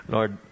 Lord